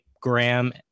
graham